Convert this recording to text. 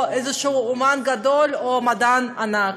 או איזה אמן גדול או מדען ענק.